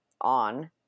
on